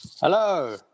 Hello